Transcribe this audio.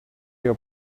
your